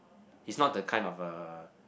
he's not the kind of a